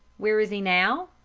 where is he now?